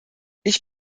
ich